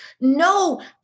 no